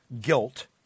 guilt